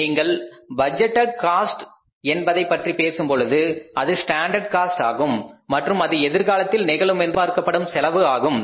நீங்கள் budgeted cost என்பதை பற்றி பேசும் பொழுது அது ஸ்டாண்டர்ட் காஸ்ட் ஆகும் மற்றும் அது எதிர்காலத்தில் நிகழுமென்று எதிர்பார்க்கப்படும் செலவு ஆகும்